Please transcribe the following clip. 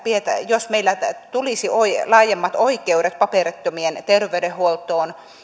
jos meille tulisi laajemmat oikeudet paperittomien terveydenhuoltoon